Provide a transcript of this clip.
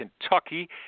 Kentucky